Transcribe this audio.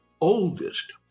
oldest